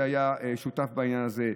שהיה שותף בעניין הזה,